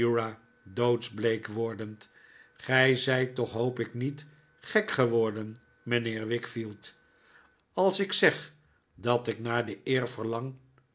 uriah doodsbleek wordend gij zijt toch hoop ik niet gek geworden mijnheer wickfield als ik zeg dat ik naar de eer verlang